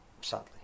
sadly